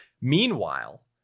Meanwhile